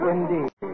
Indeed